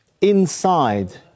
inside